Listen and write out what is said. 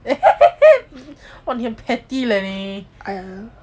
!wah! 你很 petty leh 你